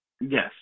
Yes